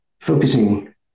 focusing